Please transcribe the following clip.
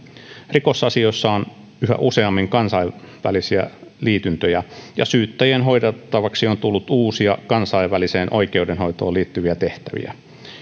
rikosasioissa on yhä useammin kansainvälisiä liityntöjä ja syyttäjien hoidettavaksi on tullut uusia kansainväliseen oikeudenhoitoon liittyviä tehtäviä